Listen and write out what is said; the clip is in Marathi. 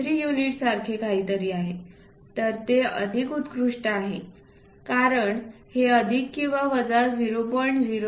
73 युनिट्ससारखे काहीतरी आहे तर हे अगदी उत्कृष्ट आहे कारण हे अधिक किंवा वजा 0